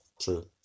True